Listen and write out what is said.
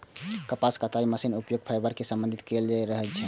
कपास कताइ मशीनक उपयोग फाइबर कें संसाधित करै लेल होइ छै